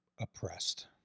oppressed